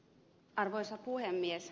arvoisa puhemies